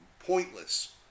pointless